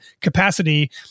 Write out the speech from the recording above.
capacity